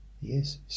Yes